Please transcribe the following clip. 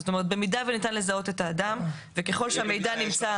כלומר במידה וניתן לזהות את האדם וככל שהמידע נמצא